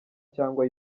cyangwa